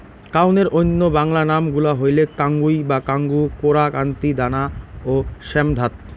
কাউনের অইন্য বাংলা নাম গুলা হইলেক কাঙ্গুই বা কাঙ্গু, কোরা, কান্তি, দানা ও শ্যামধাত